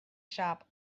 shop